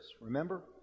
remember